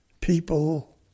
people